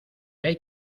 hay